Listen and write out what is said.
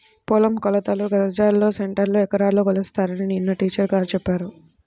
పొలం కొలతలు గజాల్లో, సెంటుల్లో, ఎకరాల్లో కొలుస్తారని నిన్న టీచర్ గారు చెప్పారు